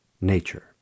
nature